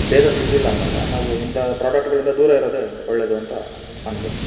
ಬೇಗ ಸಿಗಲಿಲ್ಲ ಅಂದಾಗ ನಾವು ಇಂಥ ಪ್ರೊಡಕ್ಟ್ಗಳಿಂದ ದೂರ ಇರೋದೇ ಒಳ್ಳೆಯದು ಅಂತ ಅನಿಸುತ್ತೆ